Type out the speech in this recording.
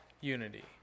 unity